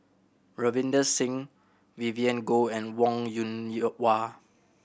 Ravinder Singh Vivien Goh and Wong Yoon Wah